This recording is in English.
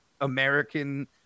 American